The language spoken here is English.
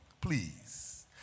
please